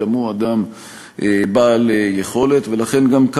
גם הוא אדם בעל יכולת,